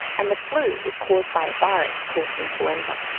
and the flu is caused by virus called influenza.